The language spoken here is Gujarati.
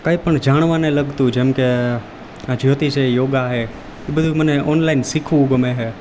કંઈ પણ જાણવાને લગતું જેમ કે આ જ્યોતિ છે યોગા છે બધું મને ઓનલાઈન શીખવું ગમે છે